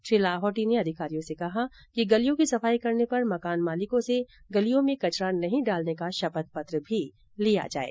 श्री लाहोटी ने अधिकारियों से कहा कि गलियों की सफाई करने पर मकान मालिकों से गलियों में कचरा नहीं डालने का शपथ पत्र भी लिया जाये